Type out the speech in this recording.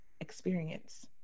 experience